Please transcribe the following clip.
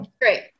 Great